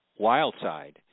Wildside